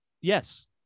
Yes